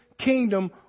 kingdom